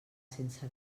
sense